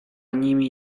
nimi